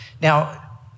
Now